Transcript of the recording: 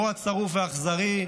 רוע צרוף ואכזרי,